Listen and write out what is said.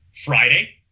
Friday